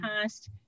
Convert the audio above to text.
past